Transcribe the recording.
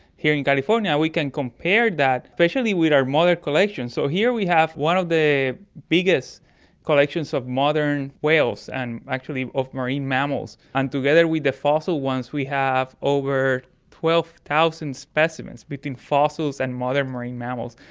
here in california we can compare that, especially with our modern collection. so here we have one of the biggest collections of modern whales and actually of marine mammals, and together with the fossil ones we have over twelve thousand specimens between fossils and modern marine mammals.